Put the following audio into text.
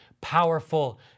powerful